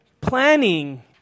planning